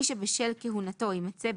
כאמור מי שבשל כהונתו יימצא,